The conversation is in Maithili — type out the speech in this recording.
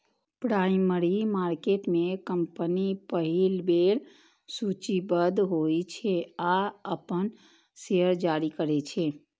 प्राइमरी मार्केट में कंपनी पहिल बेर सूचीबद्ध होइ छै आ अपन शेयर जारी करै छै